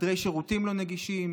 חדרי שירותים לא נגישים,